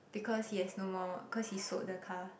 because he has no more cause he sold the car